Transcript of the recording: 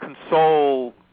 console